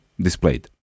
displayed